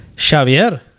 Xavier